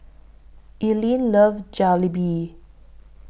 Elayne loves Jalebi